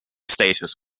status